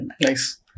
nice